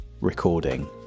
recording